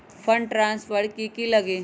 Fund transfer कि की लगी?